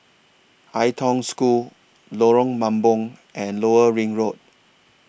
Ai Tong School Lorong Mambong and Lower Ring Road